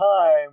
time